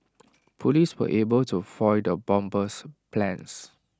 Police were able to foil the bomber's plans